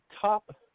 top